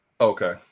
Okay